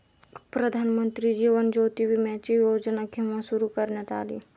प्रधानमंत्री जीवन ज्योती विमाची योजना केव्हा सुरू करण्यात आली?